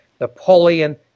Napoleon